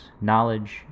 knowledge